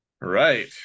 Right